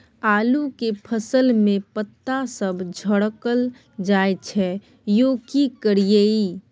आलू के फसल में पता सब झरकल जाय छै यो की करियैई?